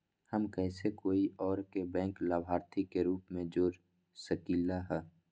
हम कैसे कोई और के बैंक लाभार्थी के रूप में जोर सकली ह?